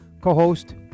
co-host